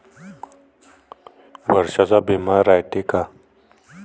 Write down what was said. वर्षाचा बिमा रायते का?